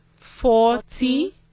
forty